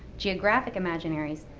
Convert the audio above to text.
geographic imaginaries,